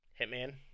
Hitman